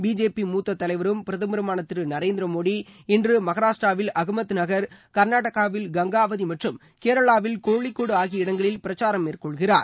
BJP மூத்த தலைவரும் பிரதமருமான திரு நரேந்திர மோடி இன்று மகாராஷ்டிராவில் அகமத் நகர் கர்நாடகாவில் கங்காவதி மற்றும் கேரளாவில் கோழிக்கோடு ஆகிய இடங்களில் பிரச்சாரம் மேற்கொள்கிறார்